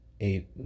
eight